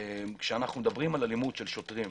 כשאנחנו מדברים על אלימות של שוטרים,